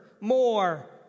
more